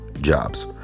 jobs